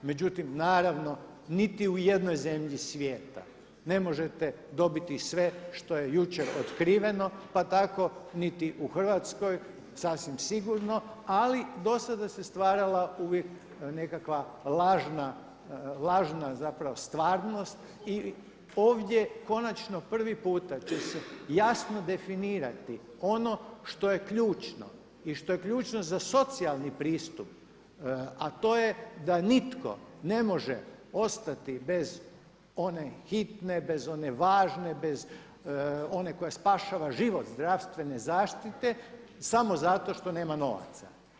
Međutim naravno niti u jednoj zemlji svijeta ne možete dobiti sve što je jučer otkriveno pa tako niti u Hrvatskoj, sasvim sigurno, ali dosada se stvarala uvijek nekakva lažna stvarnost i ovdje konačno prvi puta će se jasno definirati ono što je ključno i što je ključno za socijalni pristup, a to je da nitko ne može ostati bez one hitne, bez one važne, bez one koja spašava život zdravstvene zaštite samo zato što nema novaca.